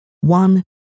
one